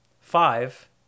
Five